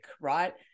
right